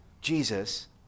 Jesus